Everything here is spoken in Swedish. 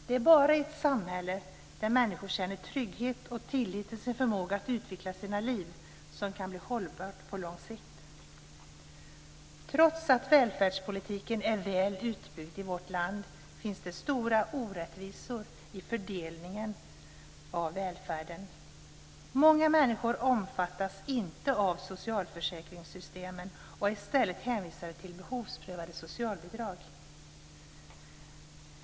Det är bara ett samhälle där människor känner trygghet och tillit till sin förmåga att utveckla sina liv som kan bli hållbart på lång sikt. Trots att välfärdspolitiken är väl utbyggd i vårt land finns det stora orättvisor i fördelningen av välfärden. Många människor omfattas inte av socialförsäkringssystemen och är i stället hänvisade till behovsprövade socialbidrag.